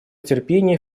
терпение